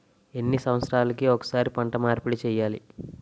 ఎన్ని సంవత్సరాలకి ఒక్కసారి పంట మార్పిడి చేయాలి?